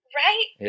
right